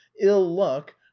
ill-luck